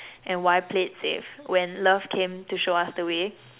and why play it safe when love came to show us the way